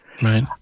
Right